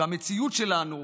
במציאות שלנו,